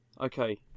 Okay